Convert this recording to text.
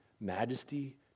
majesty